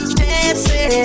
dancing